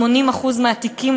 80% מהתיקים,